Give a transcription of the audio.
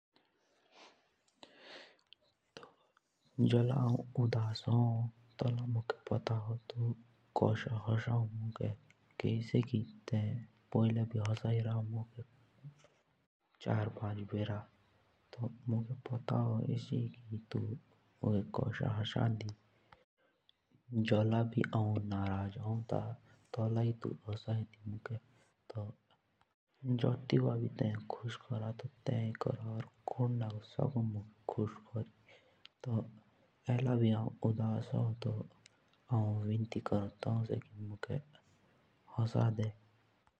जोल हौ भुटा उदास हौं। तों मुझे पोता हों कि तेन मुके कोषा होसाणा मुके पोता हों कि तो कुशा होसाय मखे। कहेसे कि तेय मखे आगे भी चार पांच बार होनसाय रखा तेन मुके। तब मखे पता हों के तुइ सोकौं मुके खुश कोरी